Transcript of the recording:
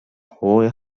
hohe